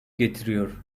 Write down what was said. getiriyor